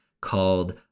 called